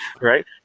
Right